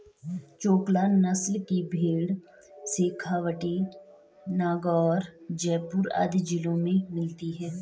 चोकला नस्ल की भेंड़ शेखावटी, नागैर, जयपुर आदि जिलों में मिलती हैं